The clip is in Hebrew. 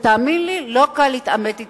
תאמין לי, לא קל להתעמת אתו.